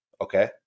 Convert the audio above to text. okay